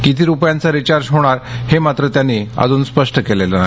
किती रुपयांचा रिचार्ज होणार हे मात्र त्यांनी अजून स्पष्ट केलेलं नाही